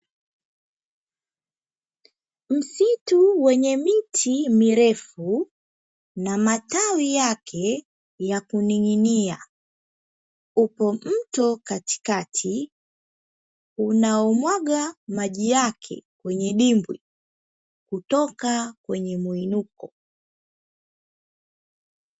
Msitu wenye miti mirefu na matawi yake yakuninginia, upo mto katikati unaomwaga maji yake kwenye dimbwi kutoka kwenye muinuko.